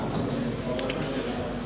Hvala vam